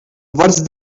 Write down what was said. worse